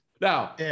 Now